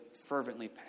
fervently